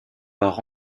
par